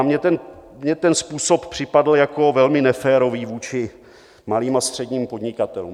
Mně ten způsob připadl jako velmi neférový vůči malým a středním podnikatelům.